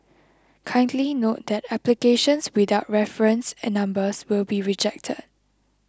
kindly note that applications without reference and numbers will be rejected